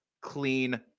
clean